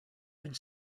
and